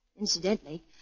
Incidentally